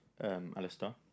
Alistair